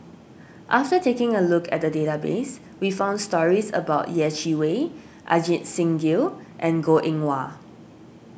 after taking a look at the database we found stories about Yeh Chi Wei Ajit Singh Gill and Goh Eng Wah